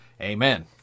Amen